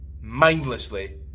mindlessly